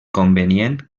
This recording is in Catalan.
convenient